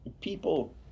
people